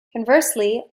conversely